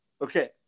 Okay